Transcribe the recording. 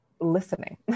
listening